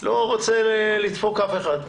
אני לא רוצה לדפוק אף אחד.